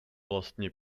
vlastně